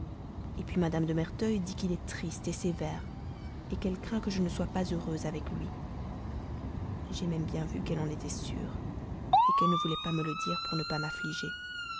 ans puis mme de merteuil dit qu'il est triste sévère qu'elle craint que je ne sois pas heureuse avec lui j'ai même bien vu qu'elle en était sûre qu'elle ne voulait pas me le dire pour ne pas m'affliger